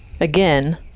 again